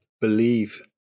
believe